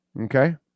Okay